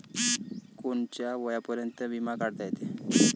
कोनच्या वयापर्यंत बिमा काढता येते?